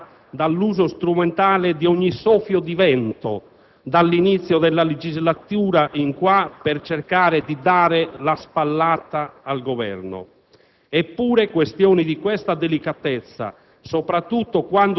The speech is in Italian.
mi sembra che la lucidità dell'opposizione sia offuscata dall'uso strumentale di ogni soffio di vento dall'inizio della legislatura in poi per cercare di dare la spallata al Governo.